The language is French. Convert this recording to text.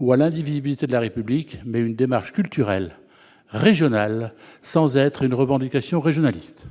ou à l'indivisibilité de la République, mais une démarche culturelle régionale sans être une revendication régionaliste.